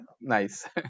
Nice